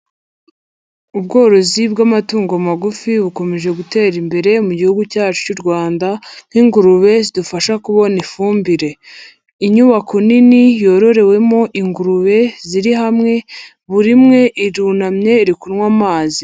Ubworozi bw'amatungo magufi bukomeje gutera imbere mu gihugu cyacu cy'u Rwanda nk'ingurube zidufasha kubona ifumbire, inyubako nini yororewemo ingurube ziri hamwe buri imwe irunamye iri kunywa amazi.